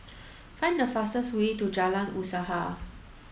find the fastest way to Jalan Usaha